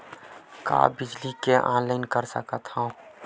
का बिजली के ऑनलाइन कर सकत हव?